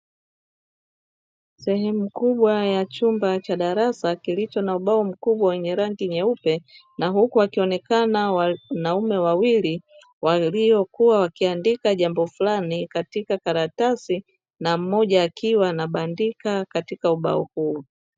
Sehemu kubwa ya chumba cha darasa, kilicho na ubao mkubwa wa rangi nyeupe na huku wakionekana wanaume wawili waliokuwa wakiandika jambo fulani katika karatasi na mmoja akiwa anabandika katika ubao huu.